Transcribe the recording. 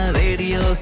radio